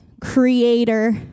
creator